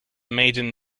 maiden